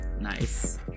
nice